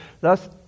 thus